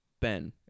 Ben